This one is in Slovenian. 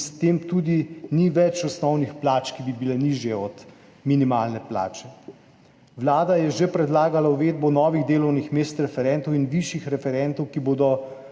S tem tudi ni več osnovnih plač, ki bi bile nižje od minimalne plače. Vlada je že predlagala uvedbo novih delovnih mest referentov in višjih referentov, ki bodo